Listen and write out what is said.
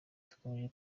dukomeje